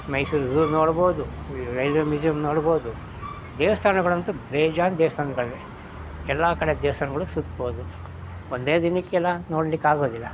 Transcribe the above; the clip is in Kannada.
ಮೈಸೂರು ಝೂ ನೋಡ್ಬೋದು ಈ ರೈಲ್ವೆ ಮ್ಯೂಸಿಯಮ್ ನೋಡ್ಬೋದು ದೇವಸ್ಥಾನಗಳಂತೂ ಬೇಜಾನು ದೇವಸ್ಥಾನಗಳಿವೆ ಎಲ್ಲ ಕಡೆ ದೇವಸ್ಥಾನಗಳು ಸುತ್ಬೋದು ಒಂದೇ ದಿನಕ್ಕೆಲ್ಲ ನೋಡ್ಲಿಕ್ಕೆ ಆಗೋದಿಲ್ಲ